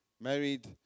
married